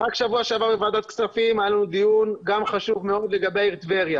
בשבוע שעבר היה לנו דיון חשוב מאוד בוועדת הכספים לגבי טבריה